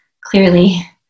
clearly